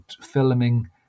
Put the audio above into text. filming